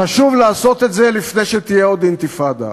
חשוב לעשות את זה לפני שתהיה עוד אינתיפאדה.